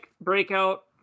breakout